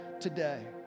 today